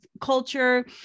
culture